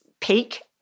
peak